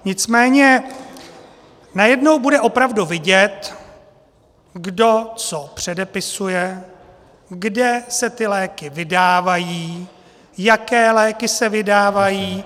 Nicméně najednou bude opravdu vidět, kdo co předepisuje, kde se ty léky vydávají, jaké léky se vydávají.